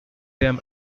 them